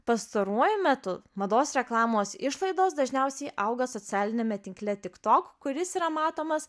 pastaruoju metu mados reklamos išlaidos dažniausiai auga socialiniame tinkle tiktok kuris yra matomas